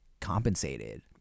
compensated